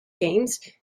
games